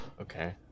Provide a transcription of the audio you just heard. Okay